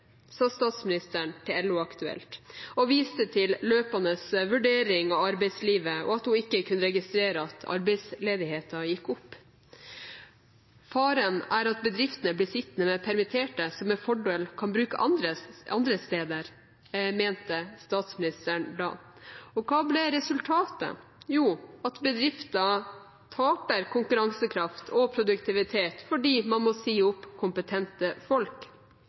sa statsministeren til LO Aktuelt og viste til løpende vurdering av arbeidslivet, og at hun ikke kunne registrere at arbeidsledigheten gikk opp. «Faren er at bedriftene blir sittende med permitterte, som med fordel kan brukes andre steder», mente statsministeren da. Hva ble resultatet? Jo, at bedrifter taper konkurransekraft og produktivitet fordi man må si opp kompetente folk.